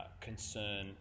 concern